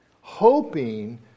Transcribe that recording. hoping